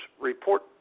report